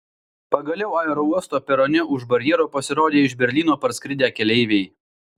pagaliau aerouosto perone už barjero pasirodė iš berlyno parskridę keleiviai